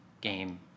game